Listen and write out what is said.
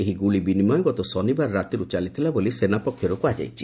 ଏହି ଗୁଳି ବିନିମୟ ଗତ ଶନିବାର ରାତିରୁ ଚାଲିଥିଲା ବୋଲି ସେନା ପକ୍ଷରୁ କୁହାଯାଇଛି